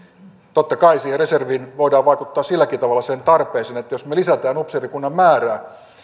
totta kai siihen reservin tarpeeseen voidaan vaikuttaa silläkin tavalla että jos me me lisäämme upseerikunnan määrää